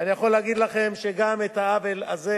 ואני יכול להגיד לכם שגם את העוול הזה,